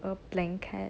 a blanket